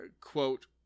Quote